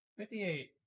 58